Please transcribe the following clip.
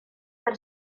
per